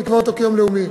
נקבע אותו כיום לאומי.